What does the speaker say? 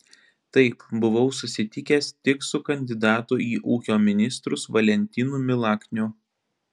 taip buvau susitikęs tik su kandidatu į ūkio ministrus valentinu milakniu